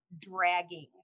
dragging